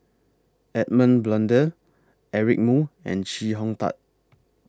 Edmund Blundell Eric Moo and Chee Hong Tat